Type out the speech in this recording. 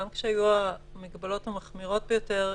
גם כשהיו המגבלות המחמירות ביותר,